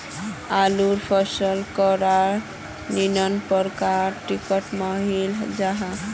आलूर फसलोत कैडा भिन्न प्रकारेर किट मिलोहो जाहा?